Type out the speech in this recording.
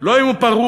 לא אם הוא פרוד,